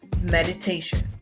meditation